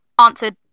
answered